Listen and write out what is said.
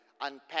unpack